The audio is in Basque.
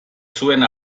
zuen